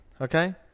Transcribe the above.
okay